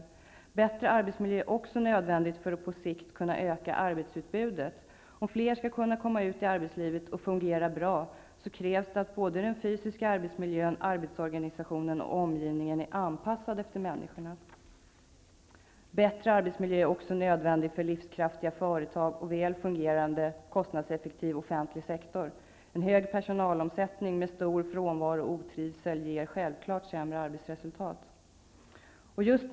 En bättre arbetsmiljö är också nödvändig för att på sikt öka arbetsutbudet. Skall fler komma ut i arbetslivet och fungera bra, krävs att både den fysiska arbetsmiljön, arbetsorganisationen och omgivningen är anpassade till människorna. Bättre arbetsmiljö är också nödvändig för livskraftiga företag och väl fungerande, kostnadseffektiv offentig sektor. Hög personalomsättning, stor frånvaro och otrivsel ger självklart sämre arbetsresultat.